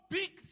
big